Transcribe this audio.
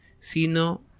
sino